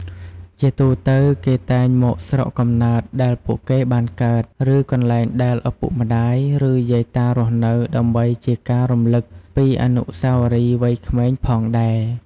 ជាទូទៅ គេតែងមកស្រុកកំណើតដែលពួកគេបានកើត ឬ កន្លែងដែលឪពុកម្ដាយ ឬយាយតារស់នៅដើម្បីជាការរំឭកពីអនុស្សាវរីយ៍វ័យក្មេងផងដែរ។